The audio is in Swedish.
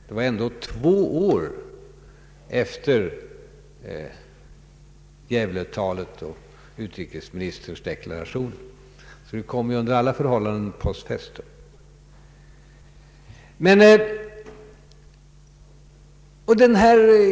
Det var ändå två år efter Gävletalet och utrikesministerns deklaration, så det kom under alla förhållanden post festum.